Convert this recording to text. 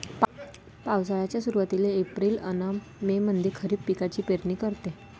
पावसाळ्याच्या सुरुवातीले एप्रिल अन मे मंधी खरीप पिकाची पेरनी करते